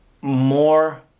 more